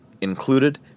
included